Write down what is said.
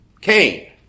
Cain